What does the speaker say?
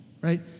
right